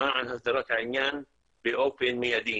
למען הסדרת העניין באופן מידי,